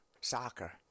soccer